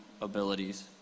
abilities